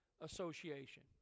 association